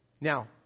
Now